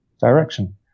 direction